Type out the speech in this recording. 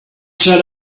shut